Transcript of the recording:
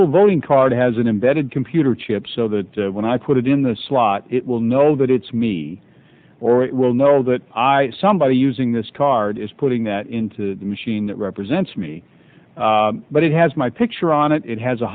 the voting card has an embedded computer chip so that when i put it in the slot it will know that it's me or i will know that i somebody using this card is putting that into the machine that represents me but it has my picture on it it has a